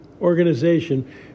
organization